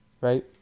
Right